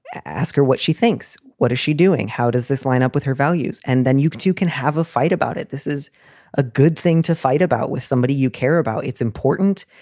ask her what she thinks. what is she doing? how does this line up with her values? and then you can you can have a fight about it. this is a good thing to fight about with somebody you care about. it's important.